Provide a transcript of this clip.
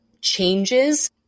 changes